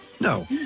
No